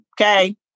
okay